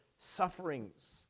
sufferings